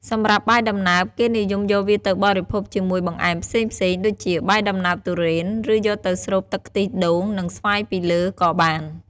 សម្រាប់បាយដំណើប គេនិយមយកវាទៅបរិភោគជាមួយបង្អែមផ្សេងៗ ដូចជាបាយដំណើបទុរេន ឬ យកទៅស្រូបទឹកខ្ទិះដូង និងស្វាយពីលើក៏បាន។